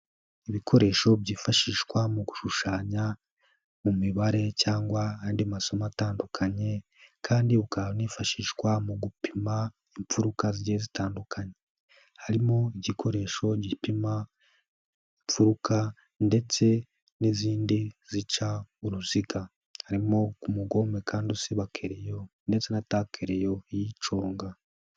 Ibikoresho byifashishwa mu gushushanya mu mibare cyangwa andi masomo atandukanye kandi akafashishwa mu gupima imfuruka zigiye zitandukanye, harimo igikoresho gipima imfuruka ndetse n'izindi zica uruziga, harimo umugome kandi usiba kereyo ndetse na takeleyo iyiconga.